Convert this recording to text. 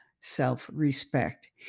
self-respect